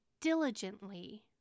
diligently